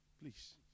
Please